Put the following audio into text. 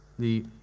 the